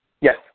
Yes